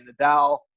Nadal